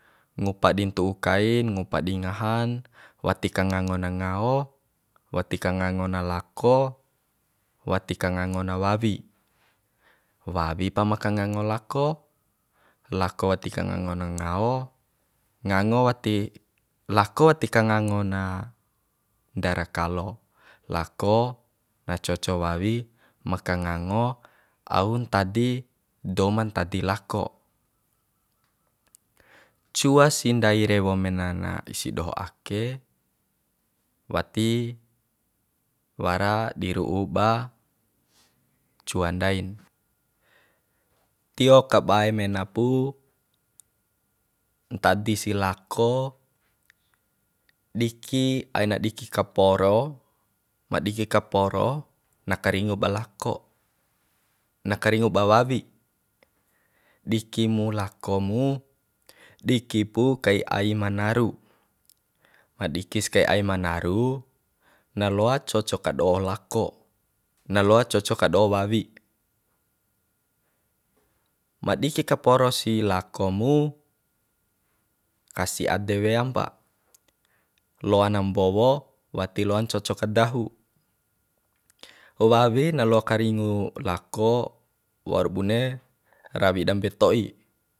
Ngupa di ntu'u kain ngupa di ngahan wati kangango na ngao wati ka ngango na lako wati kangango na wawi wawi pa ma kangango lako lako wati kangango na ngao ngango wati lako wati kangango na ndara kalo lako coco wawi ma kangango au ntadi dou ma ntadi lako cua si ndai rewo mena na isi doho ake wati wara di ru'u ba cua ndain tio kabae mena pu ntadi si lako diki aina diki kaporo ma diki kaporo na karingu ba lako na karingu ba wawi diki mu lako mu diki pu kai ai ma naru ma dikis kai ai ma naru na loa coco ka do lakona loa coco ka do wawi ma diki ka poro si lako mu kasi ade weam pa loana mbowo wati loan coco ka dahu wawi na loa ka ringu lako waur bune rawi dambe to'i